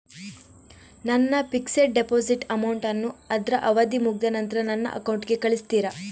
ನನ್ನ fixed deposit amount ಅನ್ನು ಅದ್ರ ಅವಧಿ ಮುಗ್ದ ನಂತ್ರ ನನ್ನ ಅಕೌಂಟ್ ಗೆ ಕಳಿಸ್ತೀರಾ?